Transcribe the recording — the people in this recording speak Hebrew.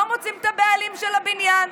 לא מוצאים את הבעלים של הבניין.